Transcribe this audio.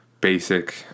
basic